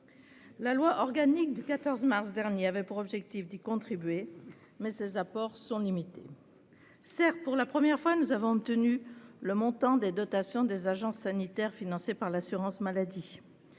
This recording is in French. La loi organique du 14 mars dernier avait pour objectif d'y contribuer, mais ses apports sont limités. Certes, pour la première fois, nous avons obtenu le montant des dotations des agences sanitaires financées par l'assurance maladie.